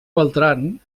beltran